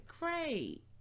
great